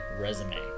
resume